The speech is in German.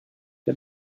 der